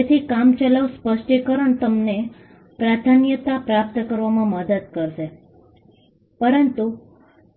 તેથી કામચલાઉ સ્પષ્ટીકરણ તમને પ્રાધાન્યતા પ્રાપ્ત કરવામાં મદદ કરશે પરંતુ